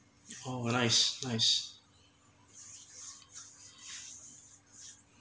oh nice nice